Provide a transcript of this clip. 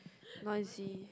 noisy